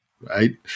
right